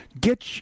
Get